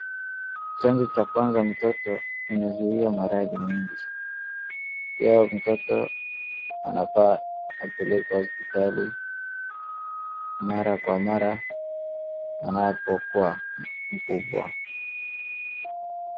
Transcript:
Chanjo cha kwanza mtoto inazuia maradhi mengi. Ya mtoto anafaa apelekwe hospitali, mara kwa mara anapokua mkubwa.